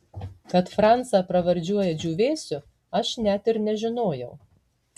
kad francą pravardžiuoja džiūvėsiu aš net ir nežinojau